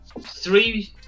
three